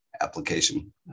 application